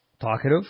Talkative